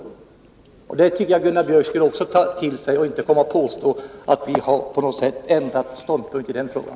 Detta tycker jag att också Gunnar Björk skall ta till sig och inte påstå att vi på något sätt har ändrat ståndpunkt i den här frågan.